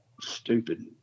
stupid